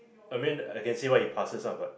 I mean I can see why he passes ah but